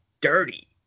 dirty